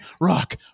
Rock